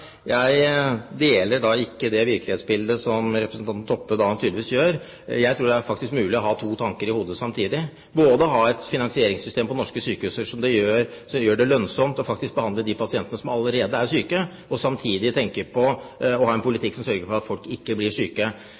Jeg deler ikke det virkelighetsbildet med representanten Toppe. Jeg tror faktisk det er mulig å ha to tanker i hodet samtidig, både ha et finansieringssystem på norske sykehus som gjør det lønnsomt å behandle de pasientene som allerede er syke, og samtidig tenke på å ha en politikk som sørger for at folk ikke blir syke.